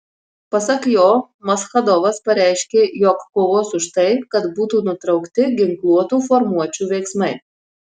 pasak jo maschadovas pareiškė jog kovos už tai kad būtų nutraukti ginkluotų formuočių veiksmai